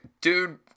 dude